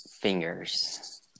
Fingers